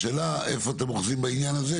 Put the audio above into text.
השאלה איפה אתם אוחזים בעניין הזה,